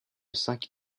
cinq